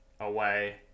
away